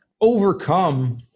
overcome